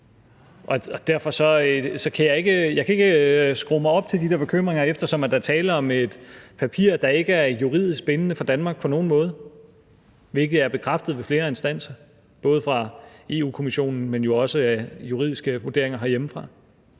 jeg ikke skrue mig op til de der bekymringer, eftersom der er tale om et papir, der ikke er juridisk bindende for Danmark på nogen måde, hvilket er bekræftet ved flere instanser, både af Europa-Kommissionen, men jo også af juridiske vurderinger herhjemmefra.